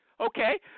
Okay